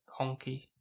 honky